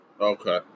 Okay